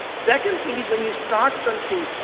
second thing is when you start something,